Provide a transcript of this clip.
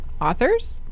authors